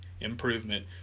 improvement